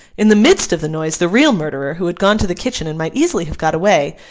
in the midst of the noise, the real murderer, who had gone to the kitchen and might easily have got away,